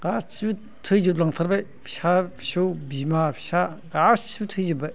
गासैबो थैजोब लांथारबाय फिसा फिसौ बिमा फिसा गासैबो थैजोब्बाय